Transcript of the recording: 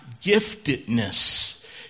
giftedness